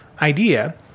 idea